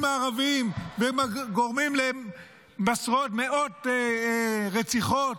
הערביים וגורמים להם לעשרות ומאות רציחות,